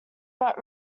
but